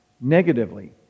Negatively